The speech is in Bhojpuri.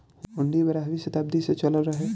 हुन्डी बारहवीं सताब्दी से चलल रहे